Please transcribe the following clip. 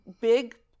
big